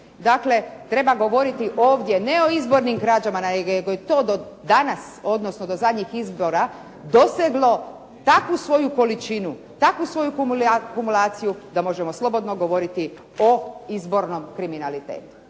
Dakle, treba govoriti ovdje ne o izbornim građama nego je to do danas, odnosno do zadnjih izbora doseglo takvu svoju količinu, takvu svoju akumulaciju da možemo slobodno govoriti o izbornom kriminalitetu,